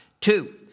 Two